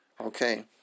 Okay